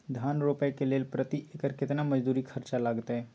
धान रोपय के लेल प्रति एकर केतना मजदूरी खर्चा लागतेय?